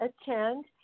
attend